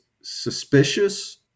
suspicious